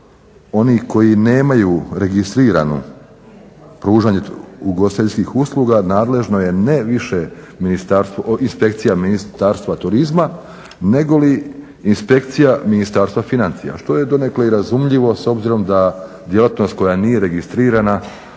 oni koji nemaju registrirano pružanje ugostiteljskih usluga nadležna je ne više inspekcija Ministarstva turizma nego li inspekcija Ministarstva financija što je donekle i razumljivo s obzirom da djelatnost koja nije registrirana,